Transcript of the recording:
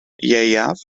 ieuaf